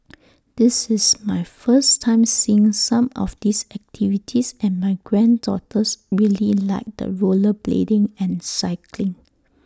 this is my first time seeing some of these activities and my granddaughters really liked the rollerblading and cycling